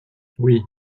oui